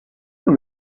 dans